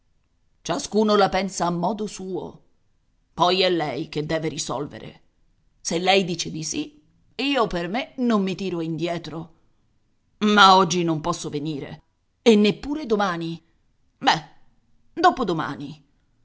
ciascuno la pensa a modo suo poi è lei che deve risolvere se lei dice di sì io per me non mi tiro indietro ma oggi non posso venire e neppure domani be dopodomani